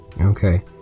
Okay